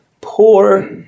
poor